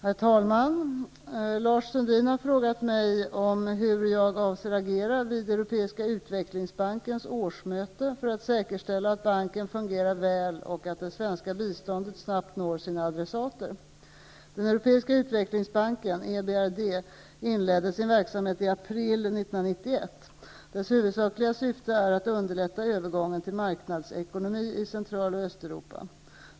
Herr talman! Lars Sundin har frågat mig om hur jag avser agera vid Europeiska utvecklingsbankens årsmöte för att säkerställa att banken fungerar väl och att det svenska biståndet snabbt når sina adressater. Europeiska utvecklingsbanken inledde sin verksamhet i april 1991. Dess huvudsakliga syfte är att underlätta övergången till marknadsekonomi i Central och Östeuropa.